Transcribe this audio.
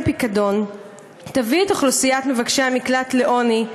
פיקדון תביא את אוכלוסיית מבקשי המקלט לעוני,